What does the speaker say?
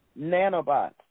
nanobots